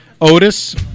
Otis